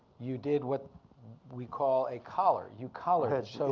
you did what we call a collar, you collared. so